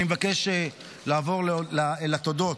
אני מבקש לעבור לתודות.